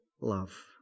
love